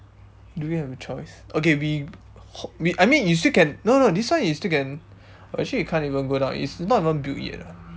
do we have a choice okay we h~ we I mean you still can no no this one you still can oh actually we can't even go down it's not even built yet ah